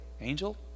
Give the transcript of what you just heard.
angel